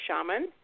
shaman